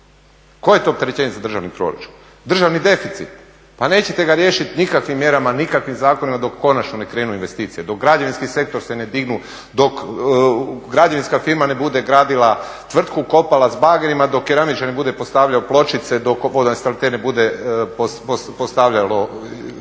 Koje je to opterećenje za državni proračun? Državni deficit. Pa nećete ga riješiti nikakvim mjerama, nikakvim zakonima dok konačno ne krenu investicije, dok građevinski sektor se ne dignu, dok građevinska firma ne bude gradila tvrtku, kopala s bagerima, dok keramičar ne bude postavljao pločice, dok vodoinstalater ne bude postavljao. To je